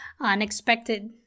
unexpected